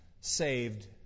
saved